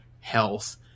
health